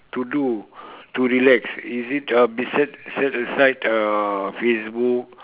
to do to relax is it uh set set aside uh Facebook